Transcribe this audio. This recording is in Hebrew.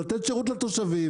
לתת שירות לתושבים,